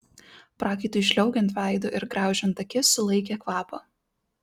prakaitui žliaugiant veidu ir graužiant akis sulaikė kvapą